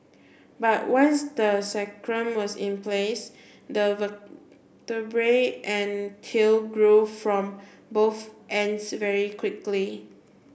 but once the sacrum was in place the vertebrae and tail grew from both ends very quickly